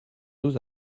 nos